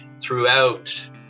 Throughout